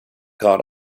caught